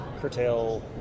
curtail